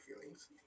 feelings